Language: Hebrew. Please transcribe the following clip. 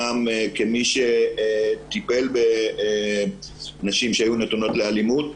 כמי שטיפל בנשים שהיו נתונות לאלימות,